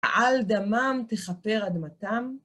על דמם תכפר אדמתם.